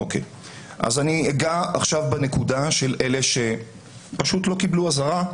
אני אגע עכשיו בנקודה של אלה שפשוט לא קיבלו אזהרה,